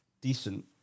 decent